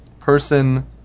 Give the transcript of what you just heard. person